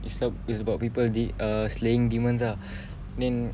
it's uh it's about people de~ uh slaying demons ah then